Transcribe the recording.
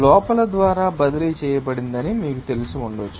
లోహాల ద్వారా బదిలీ చేయబడిందని మీకు తెలిసి ఉండవచ్చు